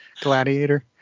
gladiator